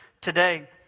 today